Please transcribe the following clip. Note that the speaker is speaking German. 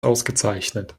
ausgezeichnet